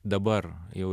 dabar jau